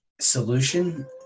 solution